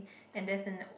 and there's an